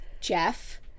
Jeff